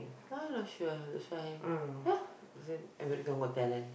that one I not sure that's why ya as in America-Got-Talent